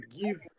give